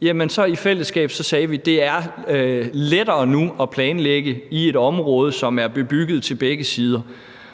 og så sagde vi i fællesskab, at det er lettere nu at planlægge i et område, som er bebygget til begge sider.